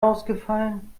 ausgefallen